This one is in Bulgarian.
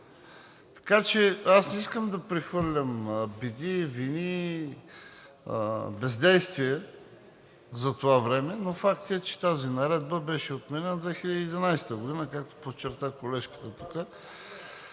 Така че не искам да прехвърлям беди, вини, бездействия за това време, но факт е, че тази наредба беше отменена 2011 г., както подчерта колежката тук.